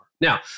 Now